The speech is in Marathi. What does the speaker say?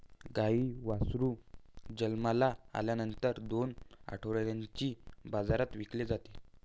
गाईचे वासरू जन्माला आल्यानंतर दोन आठवड्यांनीच बाजारात विकले जाते